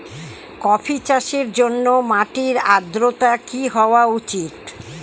Coffee চাষের জন্য মাটির আর্দ্রতা কি হওয়া উচিৎ?